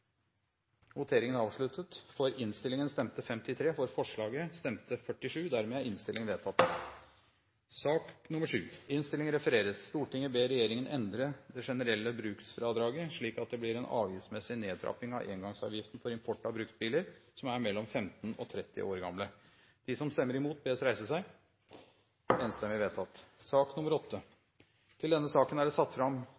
resten av komiteen for å ha bidratt til en enstemmig innstilling. Stortinget vil i dag be regjeringen endre det generelle bruksfradraget, slik at det blir en avgiftsmessig nedtrapping av engangsavgiften for import av bruktbiler som er mellom 15 og 30 år gamle. Nå handler det ikke om småligheter i de